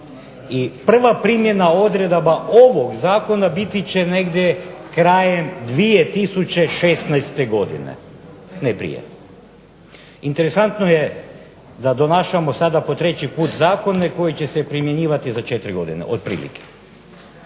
I prva primjena odredaba ovog zakona biti će negdje krajem 2016. godine. Ne prije. Interesantno je da donašamo sada po treći put zakone koji će se primjenjivati za 4 godine, otprilike.